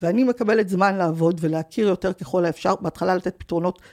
ואני מקבלת זמן לעבוד ולהכיר יותר ככל האפשר, בהתחלה לתת פתרונות.